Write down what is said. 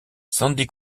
sandy